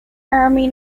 army